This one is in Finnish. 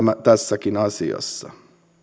tässäkin asiassa